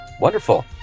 Wonderful